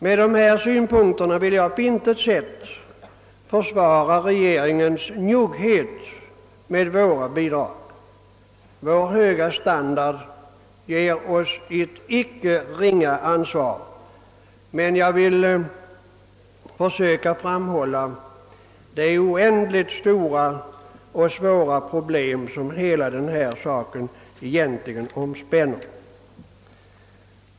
Med dessa synpunkter vill jag på intet sätt försvara regeringens njugghet med våra bidrag — vår höga standard ger oss ett icke ringa ansvar — men jag vill försöka framhålla det oändligt stora och svåra problem vi här möter.